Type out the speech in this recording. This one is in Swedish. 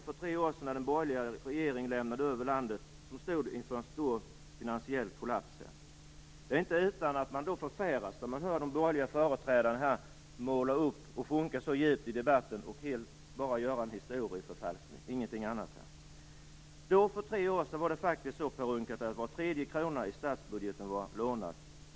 För tre år sedan lämnade den borgerliga regeringen över ett land som stod inför en finansiell kollaps. Det är inte utan att man då förfäras när man hör de borgerliga företrädarna här sjunka så djupt i debatten och göra en historieförfalskning. För tre år sedan var var tredje krona i statsbudgeten lånad.